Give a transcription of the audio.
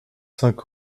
cinq